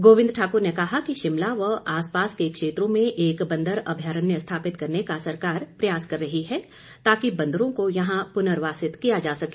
गोबिंद ठाकुर ने कहा कि शिमला व आसपास के क्षेत्रों में एक बंदर अभयरण्य स्थापित करने का सरकार प्रयास कर रही है ताकि बंदरों को यहां पुर्नवासित किया जा सके